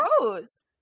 rose